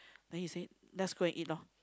then he say let's go and eat loh